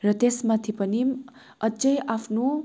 र त्यस माथि पनि अझ आफ्नो